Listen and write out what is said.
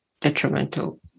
detrimental